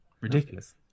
Ridiculous